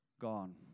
gone